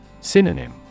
Synonym